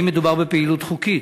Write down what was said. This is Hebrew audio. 2. אם כן, האם מדובר בפעילות חוקית?